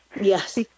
Yes